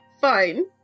fine